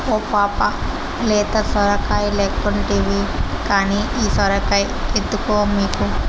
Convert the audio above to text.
ఓ పాపా లేత సొరకాయలెక్కుంటివి కానీ ఈ సొరకాయ ఎత్తుకో మీకు